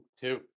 Two